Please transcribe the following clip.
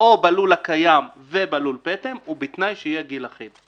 או בלול הקיים ובלול פטם ובתנאי שיהיה גיל אחיד.